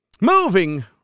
moving